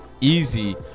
easy